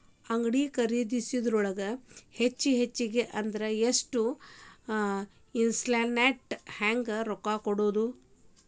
ಬಾಡ್ಗಿ ಖರಿದಿಯೊಳಗ ಹೆಚ್ಗಿ ಹೆಚ್ಗಿ ಅಂದ್ರ ಯೆಷ್ಟ್ ಇನ್ಸ್ಟಾಲ್ಮೆನ್ಟ್ ನ್ಯಾಗ್ ರೊಕ್ಕಾ ಕಟ್ಬೊದು?